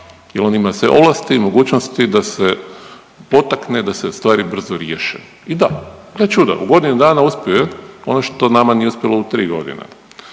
jer on ima sve ovlasti, mogućnosti da se potakne, da se stvari brzo riješe. I da, gle čuda u godinu dana uspio je ono što nama nije uspjelo u tri godine.